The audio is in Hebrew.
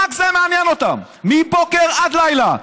רק זה מעניין אותם מבוקר עד לילה.